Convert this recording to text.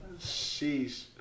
Sheesh